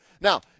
Now